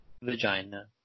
vagina